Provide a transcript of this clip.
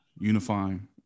unifying